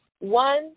one